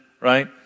Right